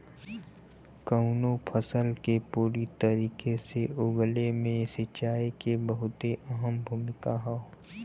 कउनो फसल के पूरी तरीके से उगले मे सिंचाई के बहुते अहम भूमिका हौ